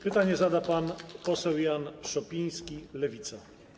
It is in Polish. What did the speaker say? Pytanie zada pan poseł Jan Szopiński, Lewica.